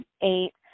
eight